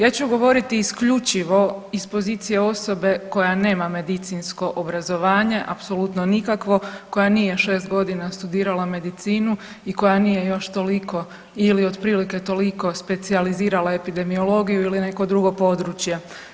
Ja ću govoriti isključivo iz pozicije osobe koja nema medicinsko obrazovanje apsolutno nikakvo, koja nije 6 godina studirala medicinu i koja nije još toliko ili otprilike toliko specijalizirala epidemiologiju ili neko drugo područje.